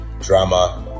drama